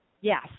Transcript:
Yes